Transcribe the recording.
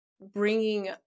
bringing